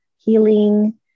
healing